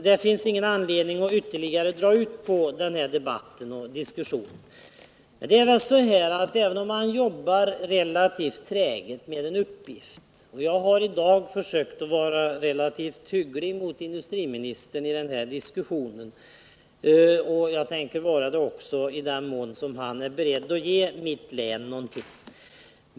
Det finns ingen anledning att ytterligare dra ut på denna debatt. Jag har i dag försökt vara ganska hygglig mot industriministern i den här diskussionen, och jag tänker vara det också i fortsättningen i den mån han är beredd att ge mitt län någonting.